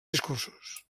discursos